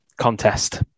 contest